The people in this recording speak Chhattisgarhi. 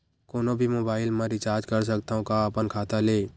कोनो भी मोबाइल मा रिचार्ज कर सकथव का अपन खाता ले?